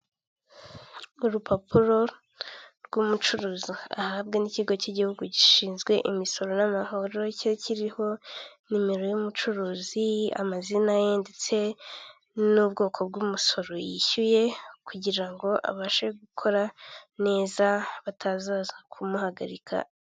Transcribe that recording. Ni akazu ka emutiyene k'umuhondo, kariho ibyapa byinshi mu bijyanye na serivisi zose za emutiyene, mo imbere harimo umukobwa, ubona ko ari kuganira n'umugabo uje kumwaka serivisi.